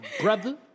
brother